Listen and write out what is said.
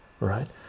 right